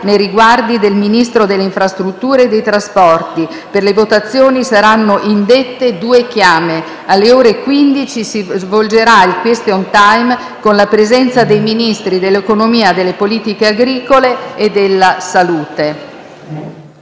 nei riguardi del Ministro delle infrastrutture e dei trasporti: per le votazioni saranno indette due chiame. Alle ore 15 si svolgerà il *question time*, con la presenza dei Ministri dell'economia, delle politiche agricole e della salute.